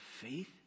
faith